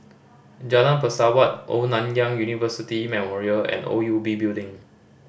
Jalan Pesawat Old Nanyang University Memorial and O U B Building